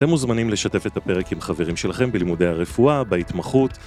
אתם מוזמנים לשתף את הפרק עם חברים שלכם בלימודי הרפואה, בהתמחות.